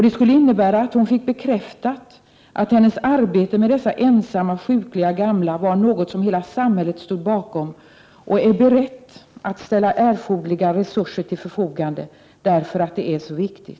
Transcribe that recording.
Det skulle innebära att hon fick bekräftat att hennes arbete med dessa ensamma, sjuka gamla var något som hela samhället stod bakom och var berett att ställa erforderliga resurser till förfogande, för att det är så viktigt.